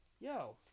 Yo